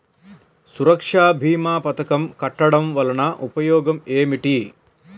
సురక్ష భీమా పథకం కట్టడం వలన ఉపయోగం ఏమిటి?